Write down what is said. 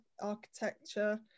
architecture